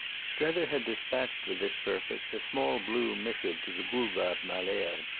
strether had dispatched for this purpose a small blue missive to the boulevard malesherbes,